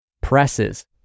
presses